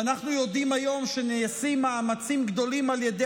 ואנחנו יודעים היום שנעשים מאמצים גדולים על ידי